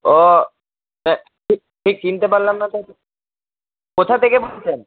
ও ঠিক ঠিক চিনতে পারলাম তো কোথা থেকে বলছেন